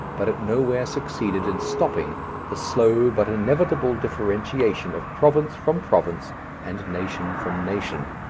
but it nowhere succeeded in stopping the slow but inevitable differentiation of province from province and nation from nation.